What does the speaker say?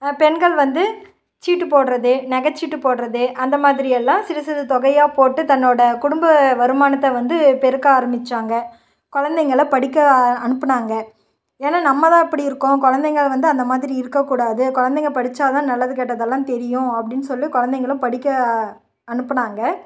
பெண்கள் வந்து சீட்டு போடுறது நகைச்சீட்டு போடுறது அந்த மாதிரியெல்லாம் சிறு சிறு தொகையாக போட்டு தன்னோடய குடும்ப வருமானத்தை வந்து பெருக்க ஆரம்பித்தாங்க குழந்தைங்கள படிக்க அனுப்பினாங்க ஏன்னா நம்மதான் இப்படி இருக்கோம் குழந்தைங்க வந்து அந்த மாதிரி இருக்கக்கூடாது குழந்தைங்க படித்தாதான் நல்லது கெட்டதெல்லாம் தெரியும் அப்படின்னு சொல்லி குழந்தைங்கள படிக்க அனுப்பினாங்க